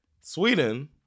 Sweden